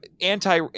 anti